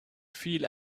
feel